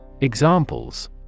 Examples